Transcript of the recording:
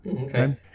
Okay